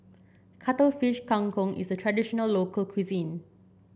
Cuttlefish Kang Kong is a traditional local cuisine